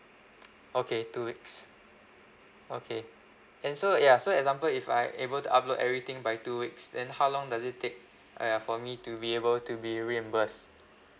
okay two weeks okay and so ya so example if I able to upload everything by two weeks then how long does it take ah ya for me to be able to be reimbursed